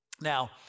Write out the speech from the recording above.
Now